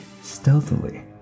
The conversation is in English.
stealthily